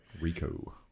Rico